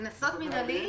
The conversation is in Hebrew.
קנסות מינהליים?